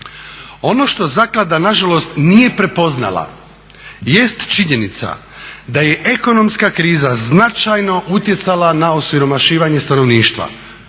ono što zaklada nažalost nije prepoznala jest činjenica da je ekonomska kriza značajno utjecala na osiromašivanje stanovništva